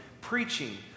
preaching